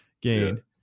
gain